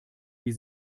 wie